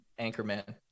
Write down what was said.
anchorman